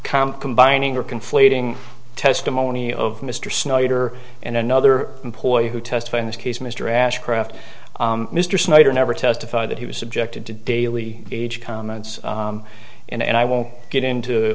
camp combining or conflating testimony of mr snyder and another employee who testify in this case mr ashcroft mr snyder never testified that he was subjected to daily age comments and i won't get into